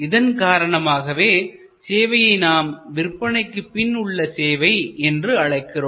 இதன் காரணமாகவே சேவையை நாம் விற்பனைக்குப் பின் உள்ள சேவை என்று அழைக்கிறோம்